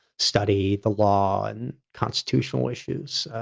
study the law and constitutional issues,